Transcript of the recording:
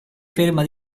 ferma